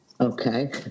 Okay